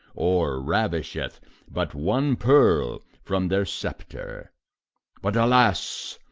or ravisheth but one pearl from their scepter but alas!